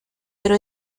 pero